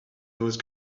those